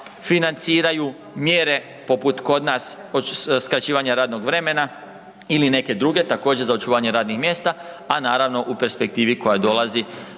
financiraju mjere poput kod nas skraćivanja radnog vremena ili neke druge također za očuvanje radnih mjesta, a naravno u perspektivi koja dolazi